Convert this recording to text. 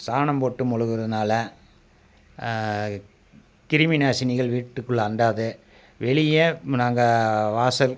சாணம் போட்டு மொழுகுறதினால கிருமிநாசினிகள் வீட்டுக்குள்ளே அண்டாது வெளியே நாங்கள் வாசல்